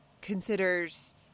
considers